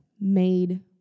made